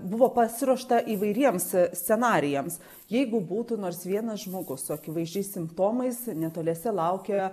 buvo pasiruošta įvairiems scenarijams jeigu būtų nors vienas žmogus su akivaizdžiais simptomais netoliese laukė